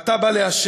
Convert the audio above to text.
אתה בא לעשן?